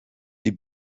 die